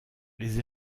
les